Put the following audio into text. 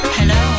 Hello